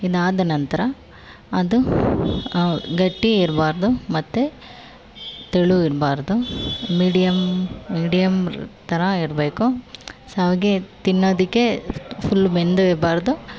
ಇದಾದ ನಂತರ ಅದು ಗಟ್ಟಿ ಇರಬಾರ್ದು ಮತ್ತು ತೆಳು ಇರಬಾರ್ದು ಮೀಡಿಯಮ್ ಮೀಡಿಯಮ್ ಥರಾ ಇರಬೇಕು ಶಾವ್ಗೆ ತಿನ್ನೋದಕ್ಕೆ ಫುಲ್ ಬೆಂದು ಇರಬಾರ್ದು